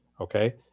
okay